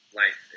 life